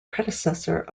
predecessor